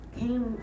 came